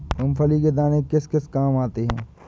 मूंगफली के दाने किस किस काम आते हैं?